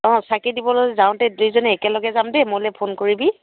অঁ চাকি দিবলৈ যাওঁতে দুইজনী একেলগে যাম দেই মোৰলৈ ফোন কৰিবি